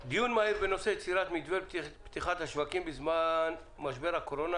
דיון מהיר בנושא: "יצירת מתווה לפתיחת השווקים בזמן משבר הקורונה",